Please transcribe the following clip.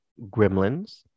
gremlins